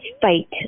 fight